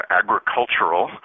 agricultural